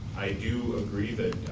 i do agree that,